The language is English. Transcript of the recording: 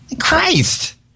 Christ